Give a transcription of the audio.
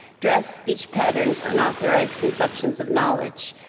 dress, speech patterns, unauthorized conceptions of knowledge,